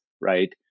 right